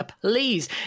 please